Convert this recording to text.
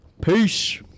Peace